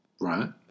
Right